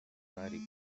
twari